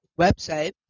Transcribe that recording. website